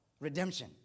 redemption